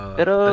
Pero